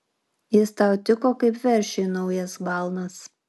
jis tau tiko kaip veršiui naujas balnas